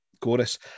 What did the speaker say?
chorus